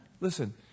Listen